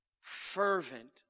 Fervent